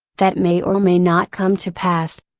that may or may not come to pass.